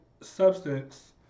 substance